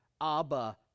Abba